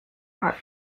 art